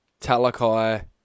talakai